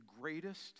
greatest